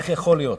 איך יכול להיות